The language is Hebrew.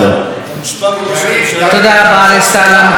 סגנון הדיבור, אתה מושפע מראש הממשלה.